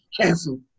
cancel